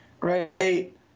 right